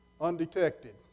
undetected